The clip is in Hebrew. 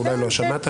אולי לא שמעת,